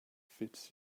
fits